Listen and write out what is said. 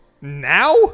Now